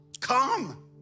Come